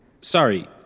Sorry